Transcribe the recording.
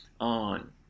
on